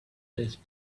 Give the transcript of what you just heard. less